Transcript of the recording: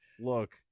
Look